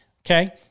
Okay